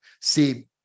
See